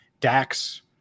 Dax